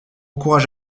courage